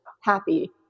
happy